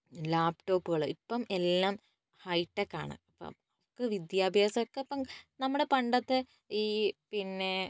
ലാപ്ടോപ്പുകൾ ഇപ്പം എല്ലാം ഹൈടെക്കാണ് അപ്പോൾ വിദ്യാഭ്യാസമൊക്കെ ഇപ്പോൾ നമ്മുടെ പണ്ടത്തെ ഈ പിന്നെ